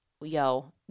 yo